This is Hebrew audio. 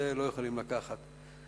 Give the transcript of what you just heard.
לא יכולים לקחת ממני.